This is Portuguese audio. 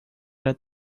era